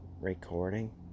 recording